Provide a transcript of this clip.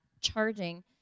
charging